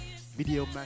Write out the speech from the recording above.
video